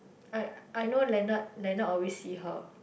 I I know leonard leonard always see her